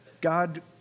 God